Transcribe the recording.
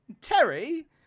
Terry